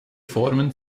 formen